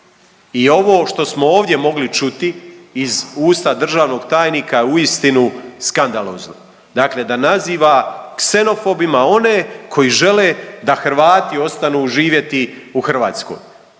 I ovo što smo ovdje mogli čuti iz usta državnog tajnika je uistinu skandalozno, dakle da naziva ksenofobima one koji žele da Hrvati ostanu živjeti u Hrvatskoj